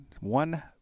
one